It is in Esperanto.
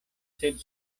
sed